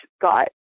got